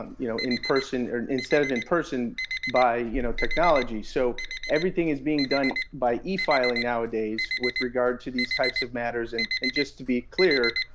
you know, in-person or instead of in-person by, you know, technology. so everything is being done by e-filing nowadays with regard to these types of matters. and and just to be clear,